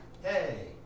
Hey